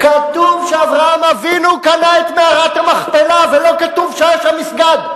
כתוב שאברהם אבינו קנה את מערת המכפלה ולא כתוב שהיה שם מסגד.